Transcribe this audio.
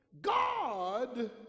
God